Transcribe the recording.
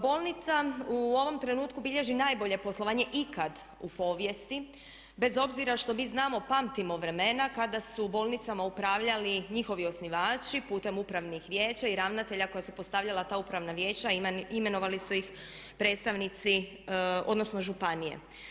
Bolnica u ovom trenutku bilježi najbolje poslovanje ikad u povijesti, bez obzira što mi znamo, pamtimo vremena kada su bolnicama upravljali njihovi osnivači putem upravnih vijeća i ravnatelja koja su postavljala ta upravna vijeća i imenovali su ih predstavnici, odnosno županije.